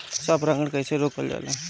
स्व परागण कइसे रोकल जाला?